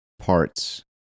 parts